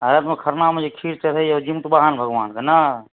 आ ओहिमे खरनामे जे खीर चढ़ै छै ओ जितमाहन महाराजके नहि